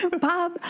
Bob